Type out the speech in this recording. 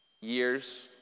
years